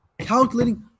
Calculating